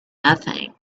nothing